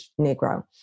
Negro